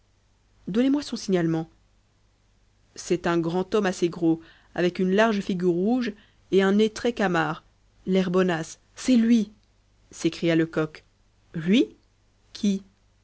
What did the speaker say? donnez-moi son signalement c'est un grand bonhomme assez gros avec une large figure rouge et un nez très camard l'air bonasse c'est lui s'écria lecoq lui qui